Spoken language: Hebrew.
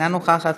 אינה נוכחת,